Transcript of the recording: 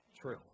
true